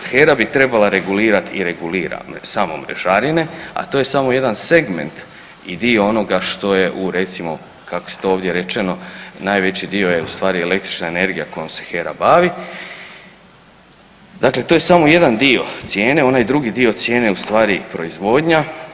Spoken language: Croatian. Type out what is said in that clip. HERA bi trebala regulirat i regulira samo mrežarine, a to je samo jedan segment i dio onoga što je u recimo kako je to ovdje rečeno najveći dio je u stvari električna energija kojom se HERA bavi, dakle to je samo jedan dio cijene, onaj drugi dio cijene je u stvari proizvodnja.